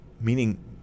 Meaning